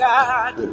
God